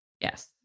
Yes